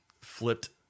flipped